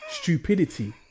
stupidity